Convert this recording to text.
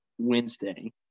Wednesday